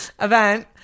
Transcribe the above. event